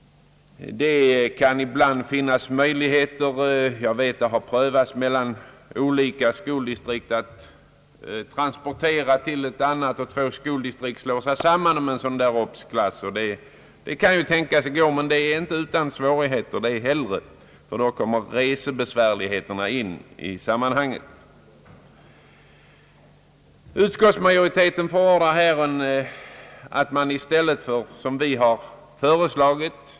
Det kan ibland finnas möjligheter — jag vet att det har prövats mellan olika skoldistrikt — att transportera elever till ett annat skoldistrikt. Två skoldistrikt slår sig samman om en obs-klass. Det är ju genomförbart men inte utan svårigheter. Resebesvärligheterna kommer ju in i sammanhanget.